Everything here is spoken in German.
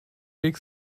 weg